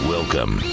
Welcome